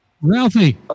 Ralphie